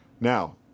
Now